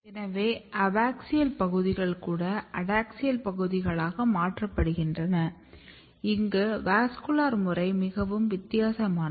எனவே அபாக்ஸியல் பகுதிகள் கூட அடாக்ஸியல் பகுதிகளாக மாற்றப்படுகின்றன இங்கு வாஸ்குலர் முறை மிகவும் வித்தியாசமானது